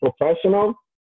professional